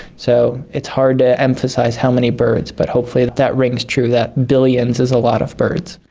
so it's hard to emphasise how many birds, but hopefully that that rings true, that billions is a lot of birds.